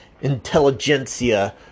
intelligentsia